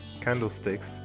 candlesticks